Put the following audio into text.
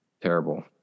Terrible